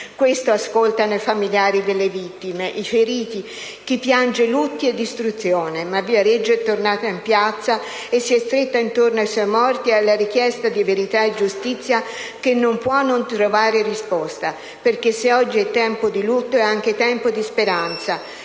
Questo ascoltano i familiari delle vittime, i feriti, chi piange lutti e distruzioni. Ma Viareggio è tornata in piazza e si è stretta attorno ai suoi morti e alla richiesta di verità e giustizia che non può non trovare risposta. Infatti, se oggi è tempo di lutto è anche tempo di speranza.